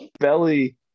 Belly